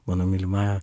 mano mylimąja